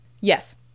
Yes